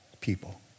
people